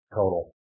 total